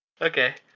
Okay